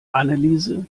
anneliese